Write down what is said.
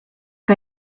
que